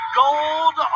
gold